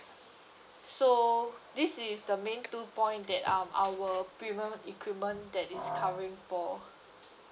so this is the main two point that um our premium equipment that is covering for